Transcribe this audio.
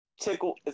tickle